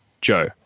Joe